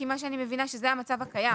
כי מה שאני מבינה זה שזה המצב הקיים.